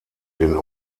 den